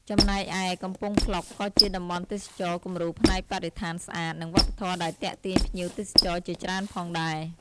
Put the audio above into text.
ចំណែកឯ កំពង់ភ្លុកក៏ជាតំបន់ទេសចរណ៍គំរូផ្នែកបរិស្ថានស្អាត និងវប្បធម៌ដែលទាក់ទាញភ្ញៀវទេសចរជាច្រើនផងដែរ។